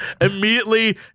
immediately